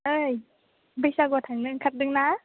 ओइ बैसागुआव थांनो ओंखारदों ना